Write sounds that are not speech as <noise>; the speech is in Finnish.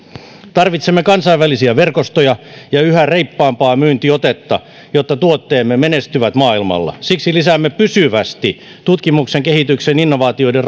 tarvitsemme kansainvälisiä verkostoja ja yhä reippaampaa myyntiotetta jotta tuotteemme menestyvät maailmalla siksi lisäämme pysyvästi tutkimuksen kehityksen ja innovaatioiden <unintelligible>